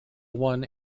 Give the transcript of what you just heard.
won